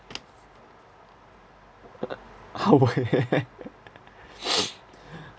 uh hard work